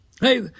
Hey